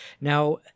Now